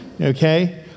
Okay